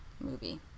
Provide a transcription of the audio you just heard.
movie